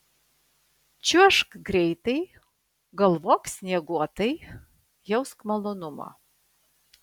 čiuožk greitai galvok snieguotai jausk malonumą